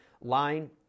line